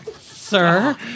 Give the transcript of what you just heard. Sir